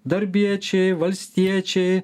darbiečiai valstiečiai